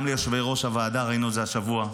גם ליושבי-ראש הוועדה, ראינו זה השבוע.